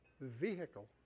vehicle